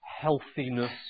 healthiness